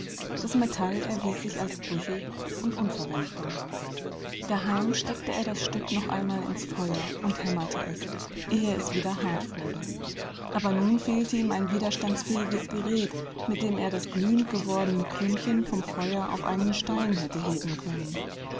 das metall erwies sich als brüchig und unverwendbar daheim steckte er das stück noch einmal ins feuer und hämmerte es ehe es wieder hart wurde aber nun fehlte ihm ein widerstandsfähiges gerät mit dem er das glühend gewordene klümpchen vom feuer auf einen stein hätte heben können